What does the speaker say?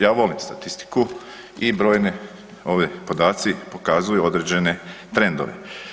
Ja volim statistiku i brojni ovi podaci pokazuju određene trendove.